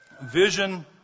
Vision